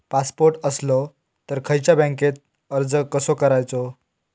Passport असलो तर खयच्या बँकेत अर्ज कसो करायचो?